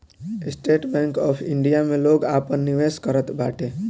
estate bank of India में लोग आपन निवेश करत बाटे